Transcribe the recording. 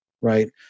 right